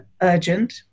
urgent